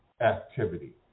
activity